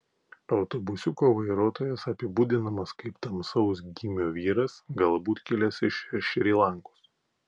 autobusiuko vairuotojas apibūdinamas kaip tamsaus gymio vyras galbūt kilęs iš šri lankos